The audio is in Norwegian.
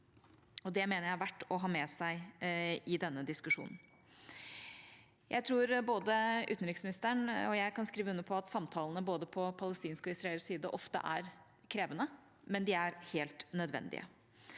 Gaza mener jeg er verdt å ha med seg i denne diskusjonen. Jeg tror både utenriksministeren og jeg kan skrive under på at samtalene på både palestinsk og israelsk side ofte er krevende, men de er helt nødvendige.